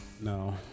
No